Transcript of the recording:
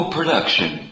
Production